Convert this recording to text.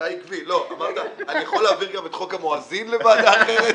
אני יכול להעביר גם את חוק המואזין לוועדה אחרת...